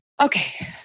Okay